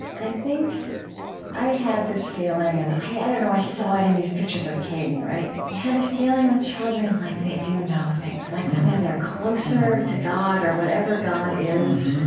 and i think i had this feeling, and i i don't know, i saw it in these pictures of kaidin, you have this feeling with children like they do know things, like um they're closer to god or whatever god is,